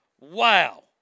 Wow